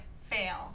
fail